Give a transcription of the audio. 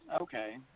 Okay